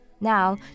Now